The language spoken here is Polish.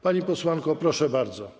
Pani posłanko, proszę bardzo.